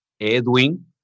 Edwin